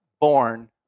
born